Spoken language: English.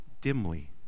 dimly